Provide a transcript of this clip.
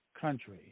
country